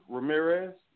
Ramirez